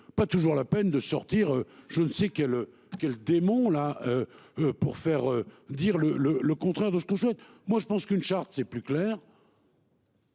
pas toujours la peine de sortir. Je ne sais qu'elle qu'démon là. Pour faire dire le le le contraire de ce que souhaite moi je pense qu'une charte, c'est plus clair.